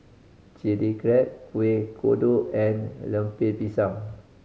Chili Crab Kueh Kodok and Lemper Pisang